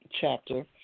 chapter